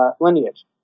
lineage